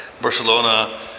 Barcelona